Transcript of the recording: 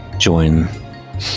Join